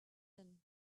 than